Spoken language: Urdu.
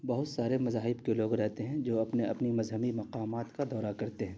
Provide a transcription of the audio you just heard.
بہت سارے مذاہب کے لوگ رہتے ہیں جو اپنے اپنی مذہبی مقامات کا دورہ کرتے ہیں